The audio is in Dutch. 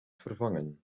vervangen